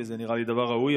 וזה נראה לי דבר ראוי.